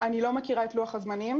אני לא מכירה את לוח הזמנים.